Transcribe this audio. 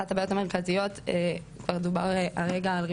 אחת הבעיות המרכזיות וכבר דובר עליה הרגע היא כל